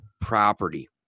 property